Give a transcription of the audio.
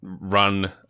run